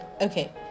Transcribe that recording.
Okay